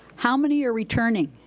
how many are returning?